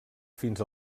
fins